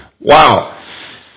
wow